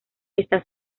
está